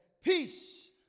peace